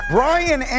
Brian